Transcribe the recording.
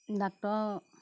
doctor